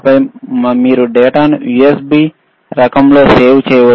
ఆపై మీరు డేటాను USB రకం దానిలో సేవ్ చేయవచ్చు